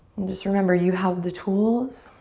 and just remember, you have the tools